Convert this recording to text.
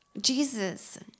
Jesus